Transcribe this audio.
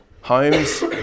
homes